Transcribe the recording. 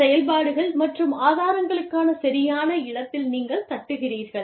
செயல்பாடுகள் மற்றும் ஆதாரங்களுக்கான சரியான இடத்தில் நீங்கள் தட்டுகிறீர்கள்